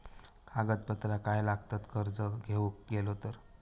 कागदपत्रा काय लागतत कर्ज घेऊक गेलो तर?